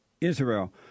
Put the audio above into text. Israel